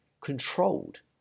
controlled